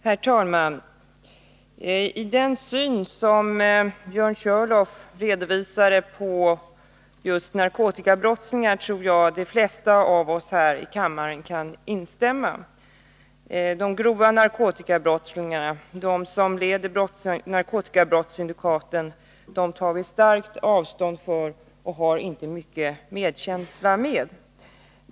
Herr talman! Den syn på just narkotikabrottslingar som Björn Körlof redovisade tror jag att de flesta här i kammaren kan ansluta sig till. De grova narkotikabrottslingarna, de som leder narkotikabrottssyndikaten, tar vi starkt avstånd från och har inte mycket medkänsla med.